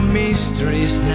mysteries